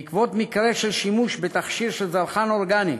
בעקבות מקרה של שימוש בתכשיר של זרחן אורגני,